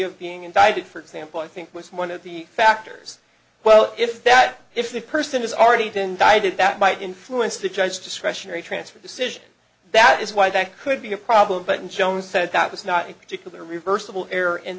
of being indicted for example i think was one of the factors well if that if the person has already denied it that might influence to judge discretionary transfer decision that is why that could be a problem but joan said that was not a particular reversible